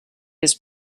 his